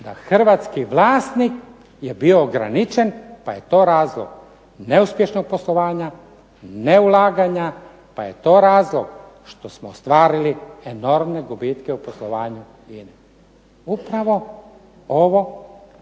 da hrvatski vlasnik je bio ograničen pa je to razlog neuspješnog poslovanja, neulaganja, pa je to razlog što smo ostvarili enormne gubitke u poslovanju INA-e. Upravo ovo što